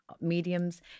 mediums